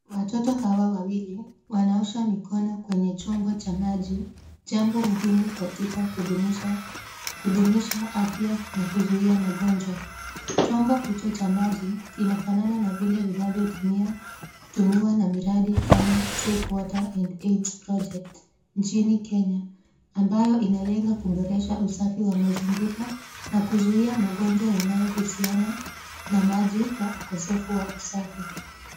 Watoto hawa wawili wanaosha mikono kwenye chombo cha maji, jambo muhimu katika kudumisha afya na kuzuia magonjwa. Chombo hilo cha maji kinafanana na vile vinavyo tumiwa na miradi kama safe water and AIDs project nchini Kenya ambayo inalenga kuboresha usafi wa mazingira na kuzuia magonjwa yanayo tokana na maji na ukosefu wa usafi.